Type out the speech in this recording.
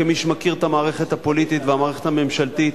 כמי שמכיר את המערכת הפוליטית והמערכת הממשלתית,